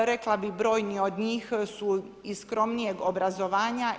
Rekla bih brojni od njih su i skromnijeg obrazovanja.